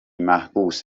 محبوس